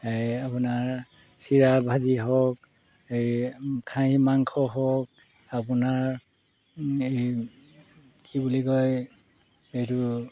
আপোনাৰ চিৰা ভাজি হওক এই খাহী মাংস হওক আপোনাৰ এই কি বুলি কয় এইটো